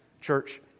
church